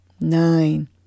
nine